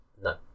No